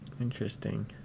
interesting